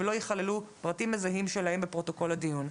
ולא ייכללו פרטים מזהים שלהם בפרוטוקול הדיון.